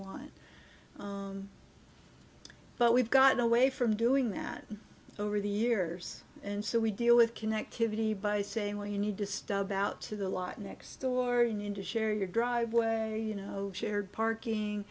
want but we've gotten away from doing that over the years and so we deal with connectivity by saying well you need to stub out to the lot next door and into share your driveway you know shared parking